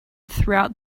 throughout